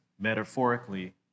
metaphorically